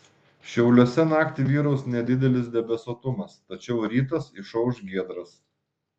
šiauliuose naktį vyraus nedidelis debesuotumas tačiau rytas išauš giedras